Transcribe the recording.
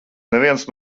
neviens